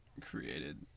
created